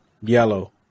Yellow